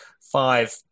five